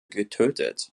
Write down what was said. getötet